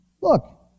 look